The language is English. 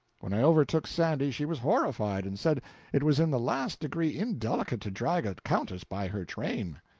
when i overtook sandy she was horrified, and said it was in the last degree indelicate to drag a countess by her train.